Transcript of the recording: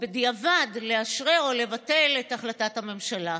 בדיעבד לאשרר או לבטל את החלטת הממשלה.